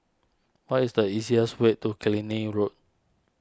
what is the easiest way to Killiney Road